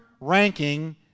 ranking